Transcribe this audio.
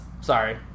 sorry